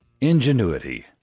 Ingenuity